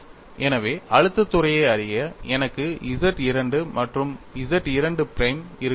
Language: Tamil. எனவே அழுத்தத் துறையை அறிய எனக்கு Z II மற்றும் Z II பிரைம் இருக்க வேண்டும்